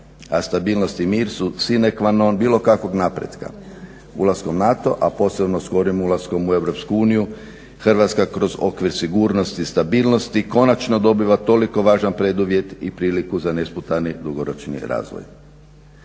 A stabilnost i mir su sine qua non bilo kakvog napretka. Ulaskom u NATO, a posebno skorim ulaskom u EU Hrvatska kroz okvir sigurnosti i stabilnosti konačno dobiva toliko važan preduvjet i priliku za nesputani dugoročni razvoj.